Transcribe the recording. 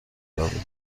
یابیم